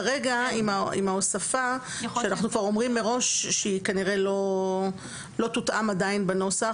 כרגע עם ההוספה שאנחנו כבר אומרים מראש היא כנראה לא תותאם עדיין בנוסח,